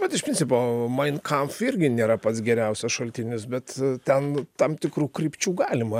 bet iš principo main kamf irgi nėra pats geriausias šaltinis bet ten tam tikrų krypčių galima